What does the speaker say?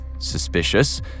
Suspicious